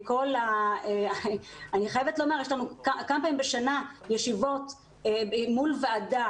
יש לנו כמה פעמים בשנה ישיבות מול ועדה